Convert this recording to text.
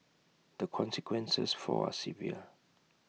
the consequences for are severe